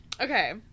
Okay